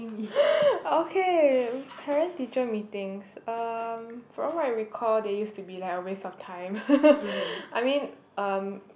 okay parent teacher Meetings um from what I recall they used to be like a waste of time I mean um